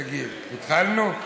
תגיד, התחלנו?